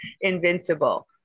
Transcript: invincible